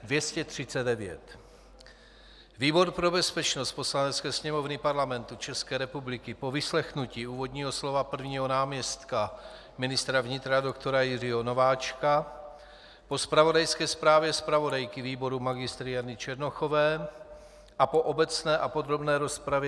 Výbor pro bezpečnost Poslanecké sněmovny Parlamentu České republiky po vyslechnutí úvodního slova prvního náměstka ministra vnitra doktora Jiřího Nováčka, po zpravodajské zprávě zpravodajky výboru magistry Jany Černochové a po obecné a podrobné rozpravě